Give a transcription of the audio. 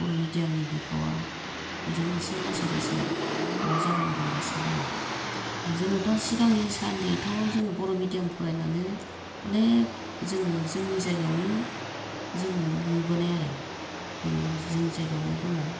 बर' मिदियामनि बिफावा बिदिनो एसे लासै लासै माबा जाबोनो हमगासिनो दङ जोङोथ' सिगांनि सानदिथ' जोङो बर' मिदियाम फरायनानै अनेक जोङो जोंनि जायगायावनो जोङो नुबोनाय आरो जोंनि जायगायावनो दङ